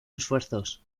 refuerzos